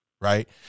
Right